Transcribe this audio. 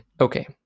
Okay